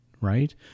right